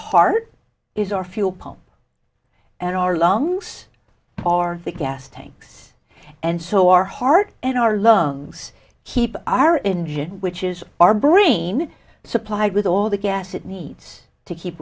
heart is our fuel pump and our lungs are the gas tanks and so our heart and our lungs keep our engine which is our brain supplied with all the gas it needs to keep